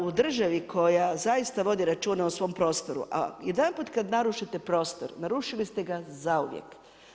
U državi koja zaista vodi računa u svom prostoru, a jedanput kad narušite prostor, narušili ste ga zauvijek.